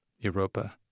Europa